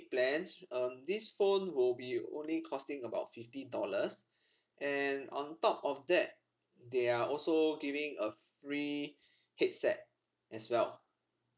plans um this phone will be only costing about fifty dollars and on top of that they are also giving a free headset as well